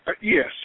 Yes